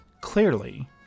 clearly